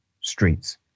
streets